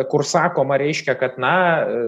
kur sakoma reiškia kad na